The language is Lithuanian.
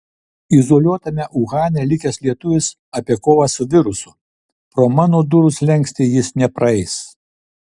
izoliuotame uhane likęs lietuvis apie kovą su virusu pro mano durų slenkstį jis nepraeis